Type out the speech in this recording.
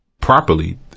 properly